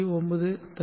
9 தரும்